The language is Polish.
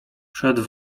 szedł